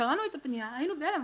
כשקראנו את הפנייה היינו בהלם.